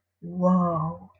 Whoa